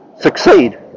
succeed